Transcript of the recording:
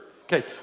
Okay